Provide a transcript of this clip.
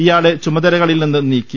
ഇയാളെ ചുമതലകളിൽ നിന്ന് നീക്കി